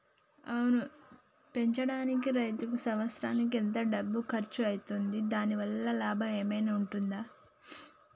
ఆవును పెంచడానికి రైతుకు సంవత్సరానికి ఎంత డబ్బు ఖర్చు అయితది? దాని వల్ల లాభం ఏమన్నా ఉంటుందా?